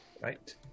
Right